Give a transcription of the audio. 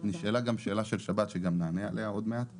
גם נשאלה שאלה לגבי שבת, שעוד מעט אענה אליה.